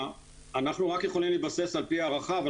אנחנו יכולים להתבסס על-פי הערכה אבל